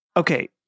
Okay